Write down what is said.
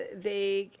they,